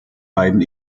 beiden